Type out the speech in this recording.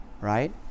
right